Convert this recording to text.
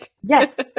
Yes